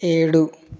ఏడు